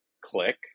click